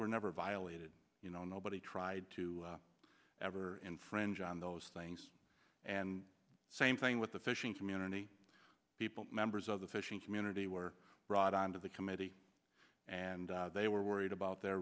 were never violated you know nobody tried to ever infringe on those things and same thing with the fishing community people members of the fishing community were brought onto the committee and they were worried about their